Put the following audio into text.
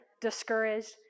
discouraged